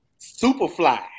Superfly